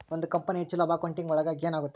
ಒಂದ್ ಕಂಪನಿಯ ಹೆಚ್ಚು ಲಾಭ ಅಕೌಂಟಿಂಗ್ ಒಳಗ ಗೇನ್ ಆಗುತ್ತೆ